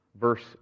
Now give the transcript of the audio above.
verse